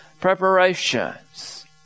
preparations